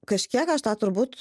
kažkiek aš tą turbūt